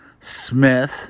Smith